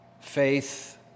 faith